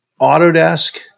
Autodesk